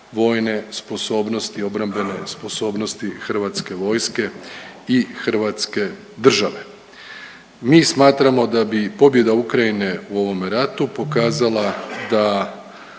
vojne sposobnosti, obrambene sposobnosti hrvatske vojske i Hrvatske države. Mi smatramo da bi pobjeda Ukrajine u ovome ratu pokazala da